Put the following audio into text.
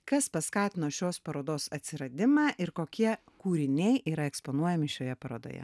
kas paskatino šios parodos atsiradimą ir kokie kūriniai yra eksponuojami šioje parodoje